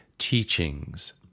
teachings